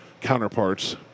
counterparts